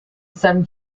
some